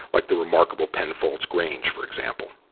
like the remarkable penfolds grange, for example.